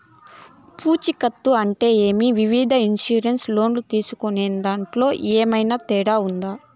పూచికత్తు అంటే ఏమి? వివిధ ఇన్సూరెన్సు లోను తీసుకునేదాంట్లో ఏమన్నా తేడా ఉందా?